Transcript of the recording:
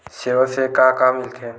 सेवा से का का मिलथे?